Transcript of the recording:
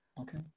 okay